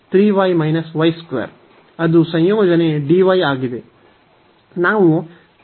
ಆದ್ದರಿಂದ 12 ಹೊರಗೆ ಮತ್ತು ನಂತರ 3y ಅದು ಸಂಯೋಜನೆ dy ಆಗಿದೆ